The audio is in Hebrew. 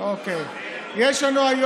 עם